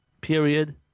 period